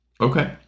Okay